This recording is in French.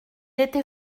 était